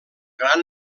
gran